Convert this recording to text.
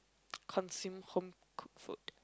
consume home cooked food